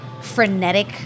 frenetic